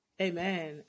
Amen